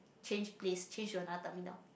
change place change to another terminal